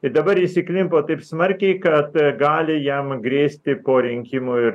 ir dabar jis įklimpo taip smarkiai kad gali jam grėsti po rinkimų ir